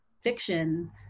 fiction